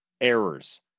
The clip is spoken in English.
errors